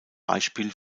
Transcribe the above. beispiel